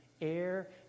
air